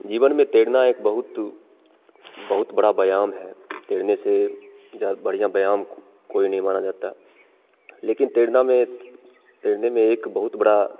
जीवन में तैरना एक बहुत बहुत बड़ा व्यायाम है तैरने से जहाँ बढियाँ व्यायाम कोई नहीं माना जाता लेकिन तैरना में तैरने में एक बहुत बड़ा